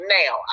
now